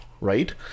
right